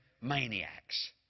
maniacs